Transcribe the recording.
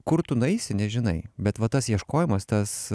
kur tu nueisi nežinai bet va tas ieškojimas tas